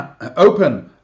open